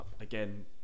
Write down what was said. again